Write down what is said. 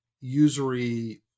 usury